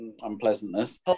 unpleasantness